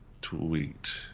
Tweet